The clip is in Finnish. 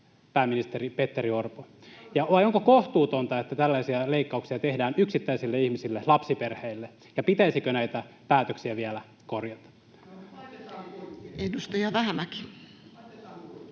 pääministeri Petteri Orpo? Vai onko kohtuutonta, että tällaisia leikkauksia tehdään yksittäisille ihmisille, lapsiperheille, ja pitäisikö näitä päätöksiä vielä korjata? [Ben